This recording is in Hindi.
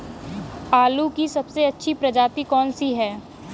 आलू की सबसे अच्छी प्रजाति कौन सी है?